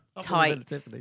Tight